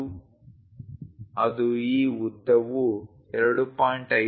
50 ಅದು ಈ ಉದ್ದವು 2